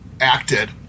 acted